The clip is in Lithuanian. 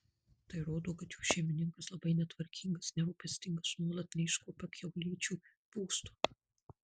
tai rodo kad jų šeimininkas labai netvarkingas nerūpestingas nuolat neiškuopia kiaulyčių būsto